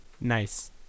Nice